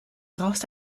brauchst